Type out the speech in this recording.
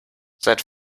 seid